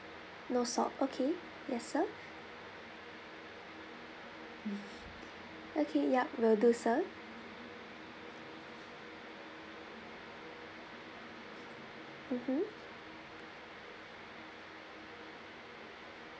no salt okay yes sir okay ya will do sir mmhmm